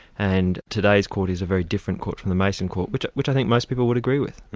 and today's court is a very different court from the mason court, which which i think most people would agree with.